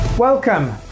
Welcome